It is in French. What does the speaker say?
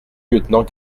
lieutenant